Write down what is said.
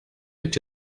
lebt